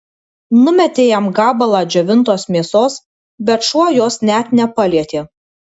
numetė jam gabalą džiovintos mėsos bet šuo jos net nepalietė